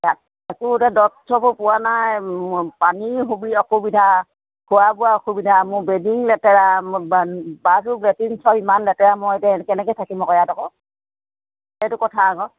ইয়াত আকৌ এতিয়া দৰৱ চৰৱো পোৱা নাই মই পানীৰ অসুবিধা খোৱা বোৱা অসুবিধা মোৰ বেডিং লেতেৰা মোৰ বাথৰূম লেট্ৰিন চব ইমান লেতেৰা মই এতিয়া কেনেকৈ থাকিম আকৌ ইয়াত আকৌ সেইটো কথা আকৌ